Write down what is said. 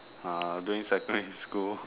ah doing second in school